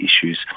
issues